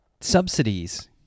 subsidies